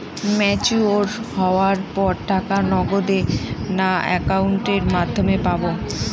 Mature হওয়ার পর টাকা নগদে না অ্যাকাউন্টের মাধ্যমে পাবো?